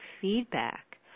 feedback